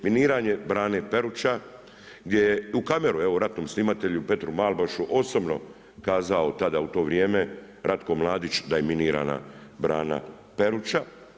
Miniranje brani Peruča, gdje je u kameru, evo ratnom snimatelju, Petru Malbašu, osobno kazao tada u to vrijeme, Ratko Mladić da je minirana brana Peruća.